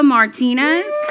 Martinez